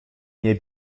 nie